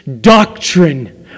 doctrine